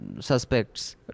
suspects